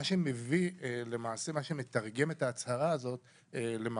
מה שמתרגם את ההצהרה הזאת למעשים,